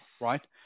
right